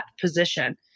position